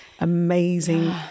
amazing